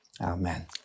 Amen